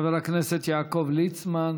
חבר הכנסת יעקב ליצמן.